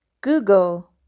Google